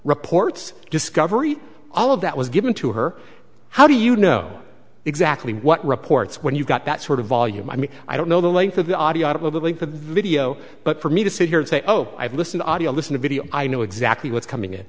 reports discovery all of that was given to her how do you know exactly what reports when you got that sort of volume i mean i don't know the length of the audio for the video but for me to sit here and say oh i've listened audio listen to video i know exactly what's coming it